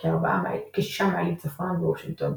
כ־6 מיילים צפונה מוושינגטון.